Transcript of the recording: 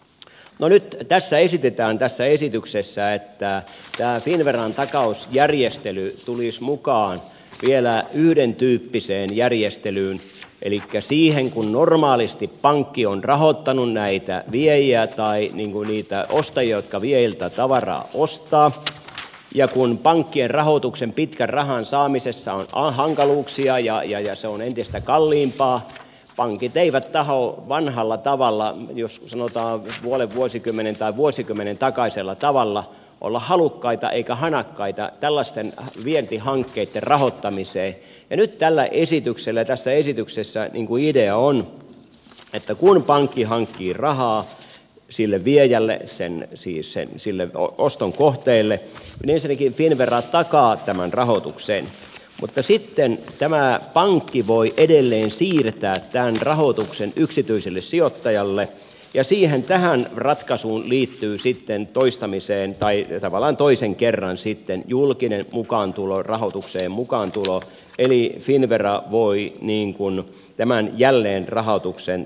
no nyt tässä esityksessä esitetään että tämä finnveran takausjärjestely tulisi mukaan vielä yhdentyyppiseen järjestelyyn elikkä siihen että kun normaalisti pankki on rahoittanut näitä viejiä tai ostajia jotka viejiltä tavaraa ostavat ja kun pankkien pitkän ajan rahoituksen saamisessa on hankaluuksia ja se on entistä kalliimpaa pankit eivät tahdo vanhalla tavalla jos sanotaan puolen vuosikymmenen tai vuosikymmenen takaisella tavalla olla halukkaita eivätkä hanakkaita tällaisten vientihankkeitten rahoittamiseen nyt tässä esityksessä idea on että kun pankki hankkii rahaa sille viejälle siis sille oston kohteelle niin ensinnäkin finnvera takaa tämän rahoituksen mutta sitten tämä pankki voi edelleen siirtää tämän rahoituksen yksityiselle sijoittajalle ja tähän ratkaisuun liittyy sitten tavallaan toisen kerran julkinen rahoitukseen mukaantulo eli finnvera voi tämän jälleenrahoituksen taata